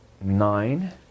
nine